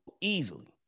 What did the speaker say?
easily